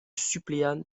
suppléant